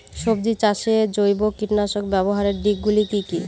সবজি চাষে জৈব কীটনাশক ব্যাবহারের দিক গুলি কি কী?